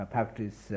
Practice